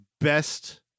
best